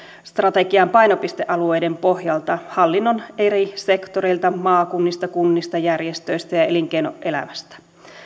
strategian painopistealueiden pohjalta hallinnon eri sektoreilta maakunnista kunnista järjestöistä ja ja elinkeinoelämästä